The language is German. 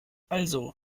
also